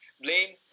blame